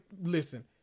listen